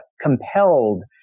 compelled